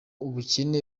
ubukene